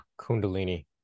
kundalini